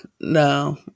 No